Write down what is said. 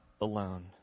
alone